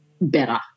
better